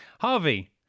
Harvey